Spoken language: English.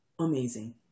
Amazing